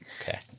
Okay